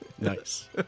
Nice